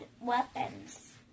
weapons